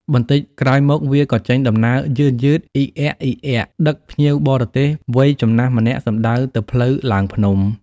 បន្តិចក្រោយមក វាក៏ចេញដំណើរយឺតៗ អ៊ីកអ៊ាកៗ ដឹកភ្ញៀវបរទេសវ័យចំណាស់ម្នាក់សំដៅទៅផ្លូវឡើងភ្នំ ។